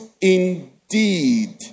indeed